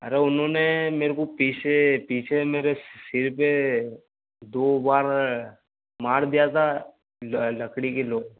अरे उन्होंने मेरे को पीसे पीछे मेरे सिर पर दो बार मार दिया था ल लकड़ी के लो